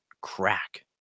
crack